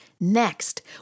Next